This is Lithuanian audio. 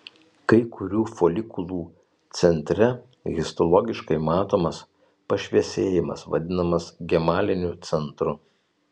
kai kurių folikulų centre histologiškai matomas pašviesėjimas vadinamas gemaliniu centru